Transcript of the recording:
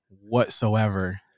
whatsoever